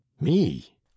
Me